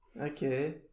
Okay